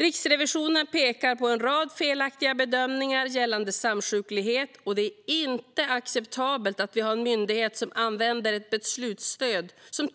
Riksrevisionen pekar också på en rad felaktiga bedömningar gällande samsjuklighet. Det är inte acceptabelt att vi har en myndighet som använder ett beslutsstöd som